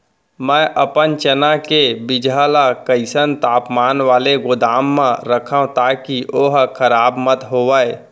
मैं अपन चना के बीजहा ल कइसन तापमान वाले गोदाम म रखव ताकि ओहा खराब मत होवय?